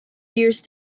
used